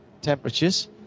temperatures